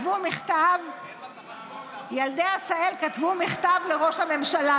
אני רק אומרת דבר אחד: ילדי עשהאל כתבו מכתב לראש הממשלה,